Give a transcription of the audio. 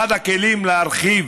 אחד הכלים להרחיב